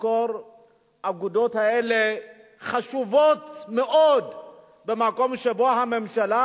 שנזכור שהאגודות האלה חשובות מאוד במקום שבו הממשלה,